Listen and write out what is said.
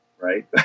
right